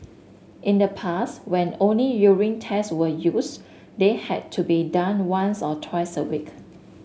in the past when only urine tests were used they had to be done once or twice a week